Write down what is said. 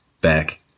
back